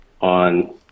on